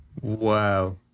Wow